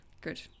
good